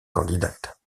candidate